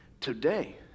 today